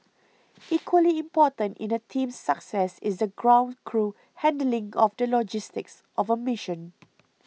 equally important in a team's success is the ground crew handling of the logistics of a mission